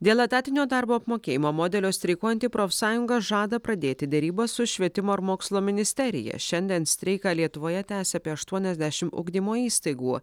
dėl etatinio darbo apmokėjimo modelio streikuojanti profsąjunga žada pradėti derybas su švietimo ir mokslo ministerija šiandien streiką lietuvoje tęsia apie aštuoniasdešimt ugdymo įstaigų